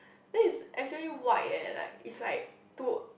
then it's actually white eh like it's like to